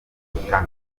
gukomeza